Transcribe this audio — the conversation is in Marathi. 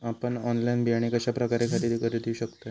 आपन ऑनलाइन बियाणे कश्या प्रकारे खरेदी करू शकतय?